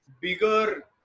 bigger